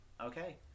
Okay